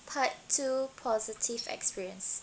part two positive experience